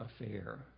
affair